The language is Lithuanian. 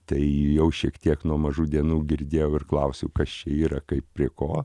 tai jau šiek tiek nuo mažų dienų girdėjau ir klausiau kas čia yra kaip prie ko